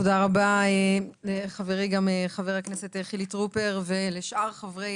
תודה רבה גם לחברי חבר הכנסת חילי טרופר ולשאר חברי